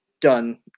done